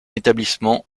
établissement